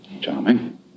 Charming